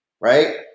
right